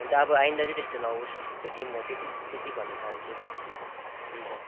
हुन्छ अब आइन्दा चाहिँ त्यस्तो नहोस् त्यति म त्यति चाहिँ त्यति भन्न चहान्छु हुन्छ